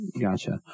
Gotcha